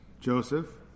Joseph